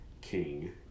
King